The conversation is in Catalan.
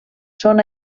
són